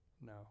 no